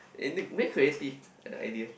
unique very creative the idea